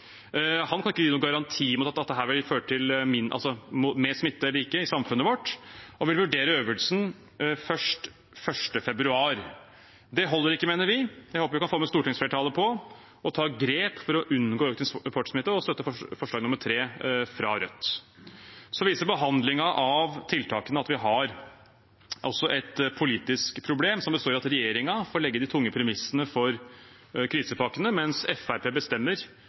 at dette ikke vil føre til mer smitte i samfunnet vårt, og vil vurdere øvelsen 1. februar. Det holder ikke, mener vi. Jeg håper vi kan få med stortingsflertallet på å ta grep for å unngå økt importsmitte og støtte forslag nummer 3 fra Rødt. Behandlingen av tiltakene viser at vi har et politisk problem som består i at regjeringen får legge de tunge premissene for krisepakkene, mens Fremskrittspartiet bestemmer